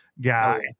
guy